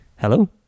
Hello